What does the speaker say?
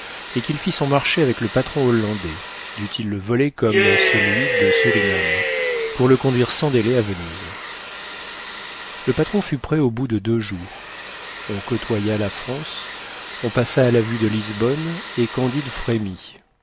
et qu'il fit son marché avec le patron hollandais dût-il le voler comme celui de surinam pour le conduire sans délai à venise le patron fut prêt au bout de deux jours on côtoya la france on passa à la vue de lisbonne et candide frémit